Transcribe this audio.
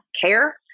care